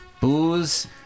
booze